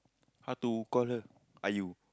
how to call her Ayu